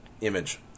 image